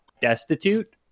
destitute